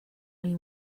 only